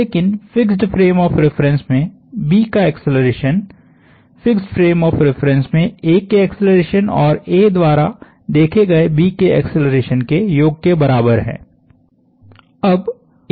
लेकिनफिक्स्ड frame of reference में B का acceleration fixed frame of reference में A के एक्सेलरेशन और A द्वारा देखे गए B के एक्सेलरेशन के योग के बराबर है